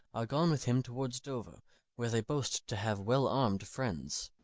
are gone with him towards dover where they boast to have well-armed friends.